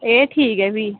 ऐ ठीक ऐ भी